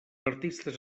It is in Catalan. artistes